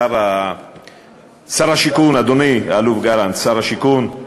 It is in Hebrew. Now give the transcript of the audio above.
שר השיכון, אדוני האלוף גלנט, שר השיכון,